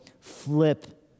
flip